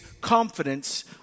confidence